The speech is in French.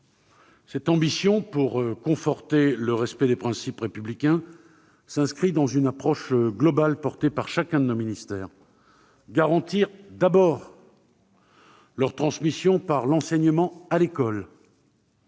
Cette ambition pour conforter le respect des principes républicains s'inscrit dans une approche globale portée par chacun de nos ministères : garantir, d'abord, la transmission de ces principes par l'enseignement à l'école